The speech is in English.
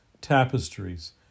tapestries